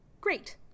Great